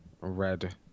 red